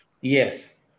Yes